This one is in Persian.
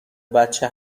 بچه